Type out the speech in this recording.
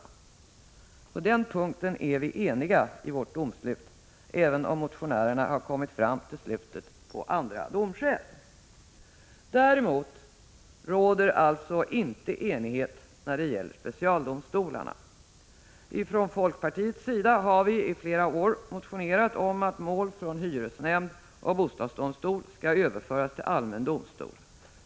På den punkten är vi eniga i vårt ”domslut”, även om motionären kommit fram till slutet på andra domskäl. Däremot råder alltså inte enighet när det gäller specialdomstolarna. Ifrån folkpartiets sida har vi i flera år motionerat om att mål från hyresnämnd och bostadsdomstol skall överföras till allmän domstol.